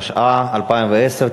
התש"ע 2010,